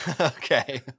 Okay